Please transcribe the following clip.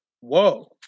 Whoa